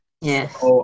Yes